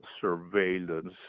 surveillance